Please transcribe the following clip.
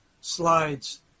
slides